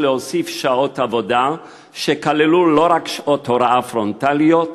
להוסיף שעות עבודה שכללו לא רק שעות הוראה פרונטליות,